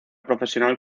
profesional